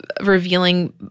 revealing